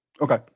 Okay